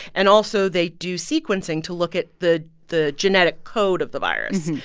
and also, they do sequencing to look at the the genetic code of the virus.